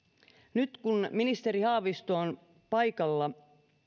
nyt kun ministeri haavisto on paikalla